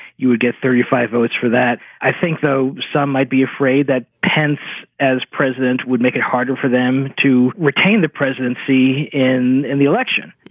you would get thirty five votes for that. i think, though, some might be afraid that pence as president would make it harder for them to retain the presidency in in the election.